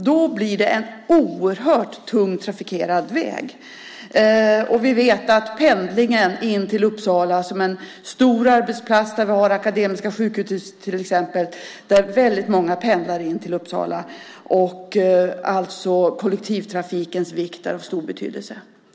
Då blir vägen oerhört tungt trafikerad. Vi vet att väldigt många pendlar in till Uppsala, där det finns stora arbetsplatser, till exempel Akademiska sjukhuset, så kollektivtrafiken är av stor betydelse.